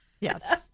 Yes